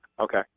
Okay